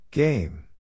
Game